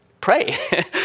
pray